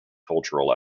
cultural